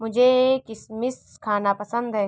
मुझें किशमिश खाना पसंद है